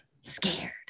scared